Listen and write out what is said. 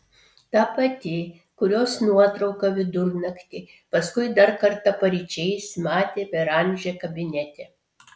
ta pati kurios nuotrauką vidurnaktį paskui dar kartą paryčiais matė beranžė kabinete